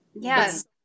Yes